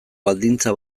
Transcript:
baldintza